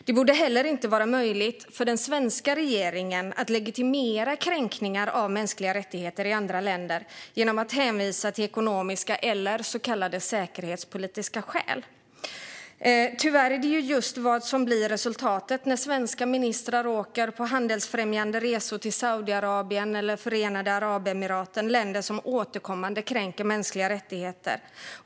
Det borde heller inte vara möjligt för den svenska regeringen att legitimera kränkningar av mänskliga rättigheter i andra länder genom att hänvisa till ekonomiska eller så kallade säkerhetspolitiska skäl. Tyvärr är det just det som blir resultatet när svenska ministrar åker på handelsfrämjande resor till Saudiarabien eller Förenade Arabemiraten, länder som återkommande kränker mänskliga rättigheter.